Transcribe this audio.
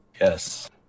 Yes